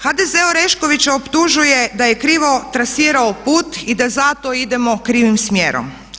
HDZ Oreškovića optužuje da je krivo trasirao put i da zato idemo krivim smjerom.